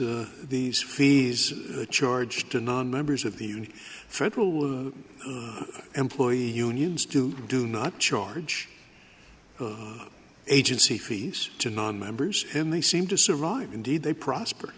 these fees charged to nonmembers of the federal employee unions to do not charge agency fees to nonmembers and they seem to survive indeed they prosper